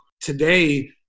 today